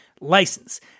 license